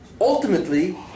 Ultimately